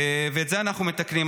ואת זה אנחנו מתקנים.